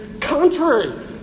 contrary